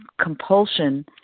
compulsion